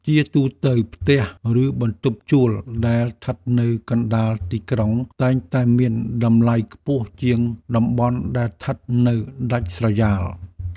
ជាទូទៅ ផ្ទះ ឬបន្ទប់ជួលដែលស្ថិតនៅកណ្តាលទីក្រុងតែងតែមានតម្លៃខ្ពស់ជាងតំបន់ដែលស្ថិតនៅដាច់ស្រយាល។